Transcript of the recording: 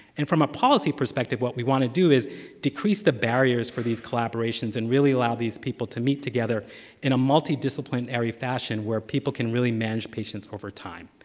and from a policy perspective, what we want to do is decrease the barriers for these collaborations and really allow these people to meet together in a multi discipline area fashion where people can really manage patients over time.